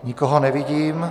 Nikoho nevidím.